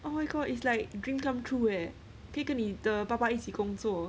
oh my god its like dream come true eh 可以跟你的爸爸一起工作